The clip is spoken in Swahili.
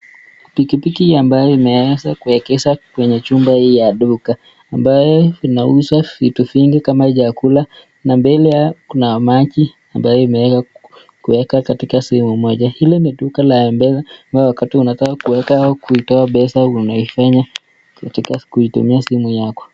Pikipiki ambayo imeeza kuegeshwa kwa jumaba hili ya duka , ambaye inauza vitu vingi kama vyakula na mbele yake kuna maji ambaye imeweza kuwekwa kwa sehemu moja, hio ni duka la mpesa inayo wakati unataka kuwekewa pesa unafanya katika kuitumia simu yako.